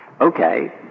Okay